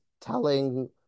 telling